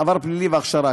עבר פלילי והכשרה.